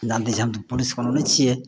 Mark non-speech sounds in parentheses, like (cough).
(unintelligible) police बला नहि छियै